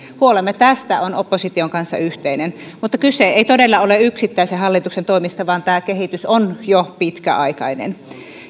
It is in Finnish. huolemme tästä on opposition kanssa yhteinen mutta kyse ei todella ole yksittäisen hallituksen toimista vaan tämä kehitys on jo pitkäaikainen